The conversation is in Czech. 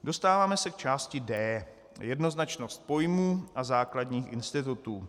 Dostáváme se k části D Jednoznačnost pojmů a základních institutů.